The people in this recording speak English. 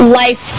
life